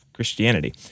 Christianity